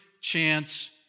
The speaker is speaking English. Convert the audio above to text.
chance